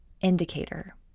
indicator